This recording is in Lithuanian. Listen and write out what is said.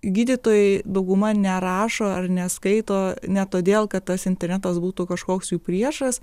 gydytojai dauguma nerašo ar neskaito ne todėl kad tas internetas būtų kažkoks jų priešas